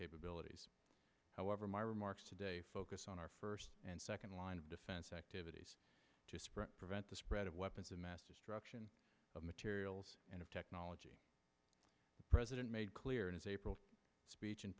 capabilities however my remarks today focus on our first and second line of defense activities to prevent the spread of weapons of mass destruction of materials and of technology president made clear in his april speech